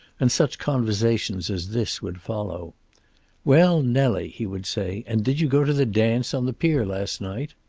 and such conversations as this would follow well, nellie, he would say, and did you go to the dance on the pier last night?